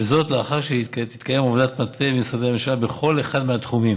וזאת לאחר שתתקיים עבודת מטה במשרדי הממשלה בכל אחד מהתחומים.